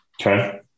Okay